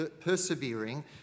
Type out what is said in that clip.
persevering